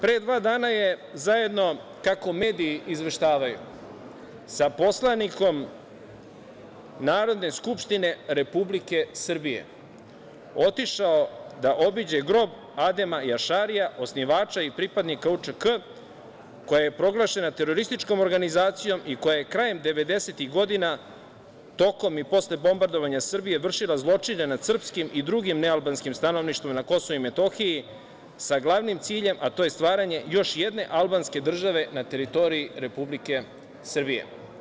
Pre dva dana je zajedno, kako mediji izveštavaju, sa poslanikom Narodne skupštine Republike Srbije otišao da obiđe grob Adema Jašarija, osnivača i pripadnika UČK, koja je proglašena terorističkom organizacijom i koja je krajem 90-ih godina, tokom i posle bombardovanja Srbije, vršila zločine nad srpskim i drugim nealbanskim stanovništvom na Kosovu i Metohiji, sa glavnim ciljem - stvaranje još jedne albanske države na teritoriji Republike Srbije.